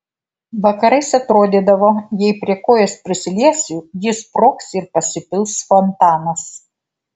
vakarais atrodydavo jei prie kojos prisiliesiu ji sprogs ir pasipils fontanas